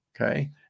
Okay